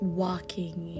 walking